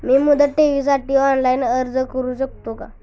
मी मुदत ठेवीसाठी ऑनलाइन अर्ज करू शकतो का?